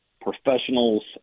professionals